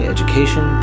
Education